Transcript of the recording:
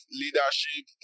leadership